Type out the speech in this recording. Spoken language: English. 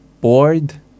bored